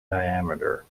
diameter